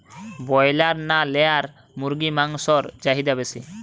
Broiler না layer মুরগির মাংসর চাহিদা বেশি?